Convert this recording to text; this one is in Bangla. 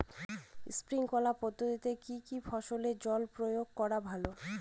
স্প্রিঙ্কলার পদ্ধতিতে কি কী ফসলে জল প্রয়োগ করা ভালো?